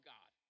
God